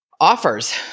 offers